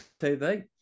TV